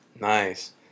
Nice